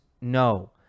no